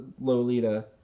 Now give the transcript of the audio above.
Lolita